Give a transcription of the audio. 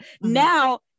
now